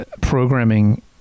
programming